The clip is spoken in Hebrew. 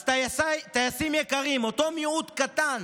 אז טייסים יקרים, אותו מיעוט קטן